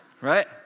Right